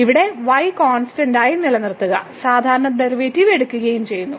ഇവിടെ y constant ആയി നിലനിർത്തുക സാധാരണ ഡെറിവേറ്റീവ് എടുക്കുകയും ചെയ്യുന്നു